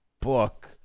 book